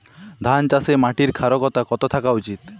ধান চাষে মাটির ক্ষারকতা কত থাকা উচিৎ?